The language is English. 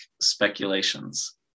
speculations